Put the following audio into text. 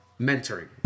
Mentoring